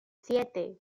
siete